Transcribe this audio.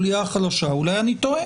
אולי אני טועה,